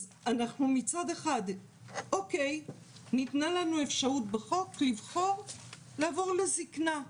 אז מצד אחד ניתנה לנו אפשרות בחוק לבחור לעבור לזקנה.